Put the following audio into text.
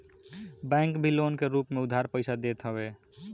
bank भी loan के रूप में उधार पईसा देत हवे